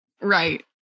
right